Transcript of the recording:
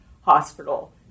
hospital